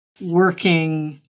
working